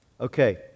Okay